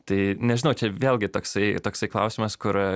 tai nežinau čia vėlgi toksai toksai klausimas kur